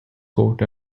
court